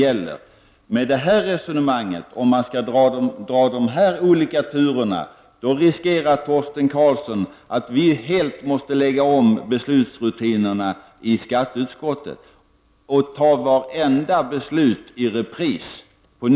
Efter de turer som Torsten Karlsson gjort riskerar Torsten Karlsson att vi helt måste lägga om beslutsrutinerna i skatteutskottet och ta varenda votering i repris.